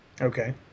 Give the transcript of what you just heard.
Okay